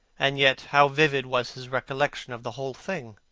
and, yet, how vivid was his recollection of the whole thing!